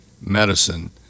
medicine